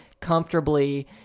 comfortably